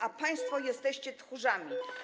A państwo jesteście tchórzami.